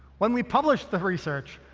when we published the research,